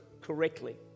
correctly